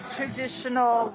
traditional